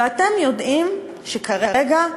ואתם יודעים שכרגע,